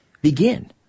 begin